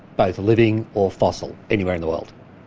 both living or fossil, anywhere in the world.